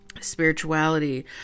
spirituality